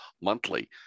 monthly